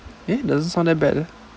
eh doesn't sound that bad leh